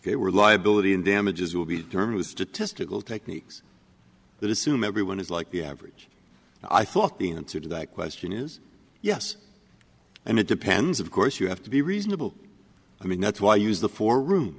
they were liability in damages will be term used to testicle techniques that assume everyone is like the average i thought the answer to that question is yes and it depends of course you have to be reasonable i mean that's why i use the four room